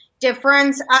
difference